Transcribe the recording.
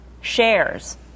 shares